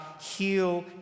heal